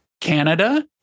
Canada